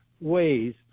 ways